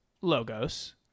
logos